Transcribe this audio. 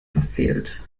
verfehlt